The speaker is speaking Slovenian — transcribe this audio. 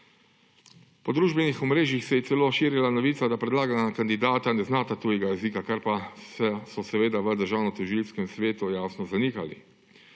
Po družbenih omrežjih se je celo širila novica, da predlagana kandidata ne znata tujega jezika, kar pa so, seveda, v Državnotožilskem svetu, jasno, zanikali.